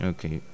Okay